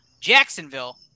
Jacksonville